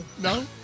No